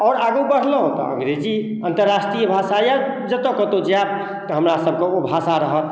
आओर आगू बढ़लहुँ तऽ अङ्गरेजी अन्तर्राष्ट्रीय भाषा अइ जतऽ कतहु जाएब तऽ हमरा सबके ओ भाषा रहत